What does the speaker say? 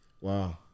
Wow